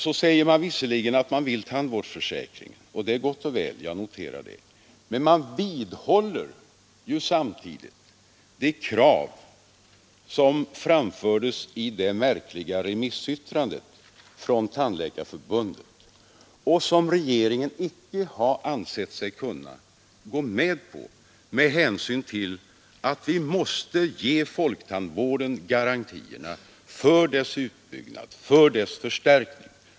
Man säger visserligen att man vill ha tandvårdsförsäkringen — och det är gott och väl; jag noterar det — men man vidhåller samtidigt de krav som framfördes i det märkliga remissyttrandet från Tandläkarförbundet och som regeringen inte har ansett sig kunna gå med på med hänsyn till att vi måste ge folktandvården garantierna för dess utbyggnad, för dess förstärkning.